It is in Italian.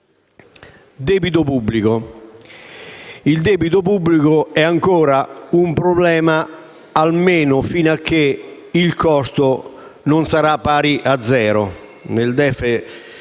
Il debito pubblico è ancora un problema, almeno fino a quando il costo non sarà pari a zero.